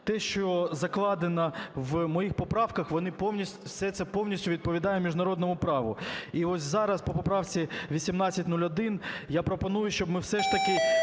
Те, що закладено в моїх поправках, все це повністю відповідає міжнародному праву. І ось зараз по поправці 1801 я пропоную, щоб ми все ж таки